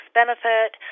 benefit